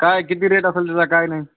काय किती रेट असेल त्याचा काय नाही